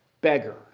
beggar